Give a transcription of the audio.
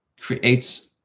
creates